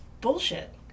bullshit